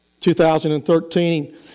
2013